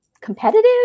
competitive